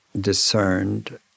discerned